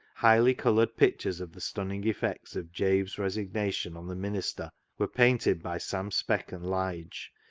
highly coloured pictures of the stunning effects of jabe's resignation on the minister were painted by sam speck and lige,